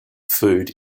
food